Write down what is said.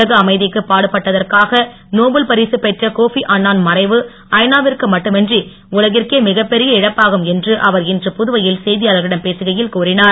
உலக அமைதிக்கு பாடுபட்டதற்காக நோபல் பரிசு பெற்ற கோஃபி அன்னான் மறைவு ஐநா விற்கு மட்டுமின்றி உலகிற்கே மிகப் பெரிய இழப்பாகும் என்று அவர் இன்று புதுவையில் செய்தியாளர்களிடம் பேசுகையில் கூறினார்